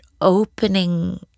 opening